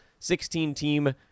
16-team